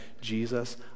Jesus